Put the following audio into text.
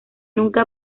nunca